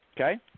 Okay